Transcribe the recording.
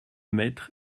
maître